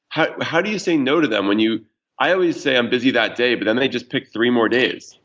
how how do you say no to them when you i always say i'm busy that day but then they just pick three more days.